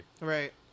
right